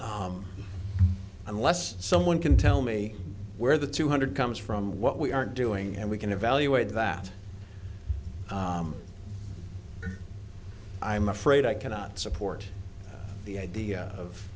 unless someone can tell me where the two hundred comes from what we are doing and we can evaluate that i'm afraid i cannot support the idea of